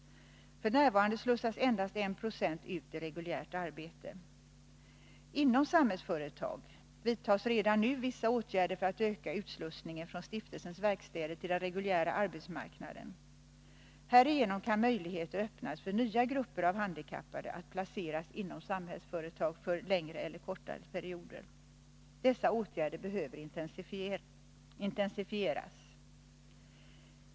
F. n. slussas endast 1 96 ut i reguljärt arbete. Inom Samhällsföretag vidtas redan nu vissa åtgärder för att öka utslussningen från stiftelsens verkstäder till den reguljära arbetsmarknaden. Härigenom kan möjligheter öppnas för nya grupper av handikappade att placeras inom Samhällsföretag för längre eller kortare perioder. Dessa åtgärder behöver intensifieras.